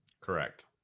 Correct